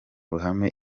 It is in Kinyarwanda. ruhame